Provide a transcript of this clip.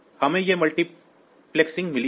हमें ये मल्टीप्लेक्सिंग मिली है